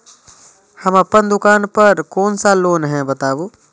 हम अपन दुकान पर कोन सा लोन हैं बताबू?